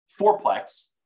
fourplex